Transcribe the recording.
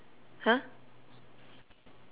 ha